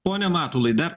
pone matulai dar